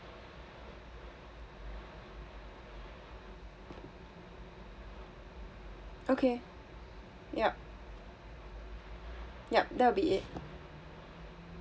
okay yup yup that will be it